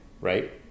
right